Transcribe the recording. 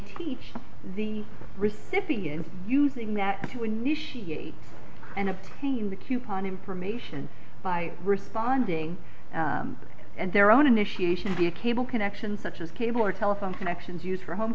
teach the recipient using that to initiate and a pain the coupon information by responding and their own initiation via cable connection such as cable or telephone connections used for home